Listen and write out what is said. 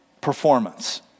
performance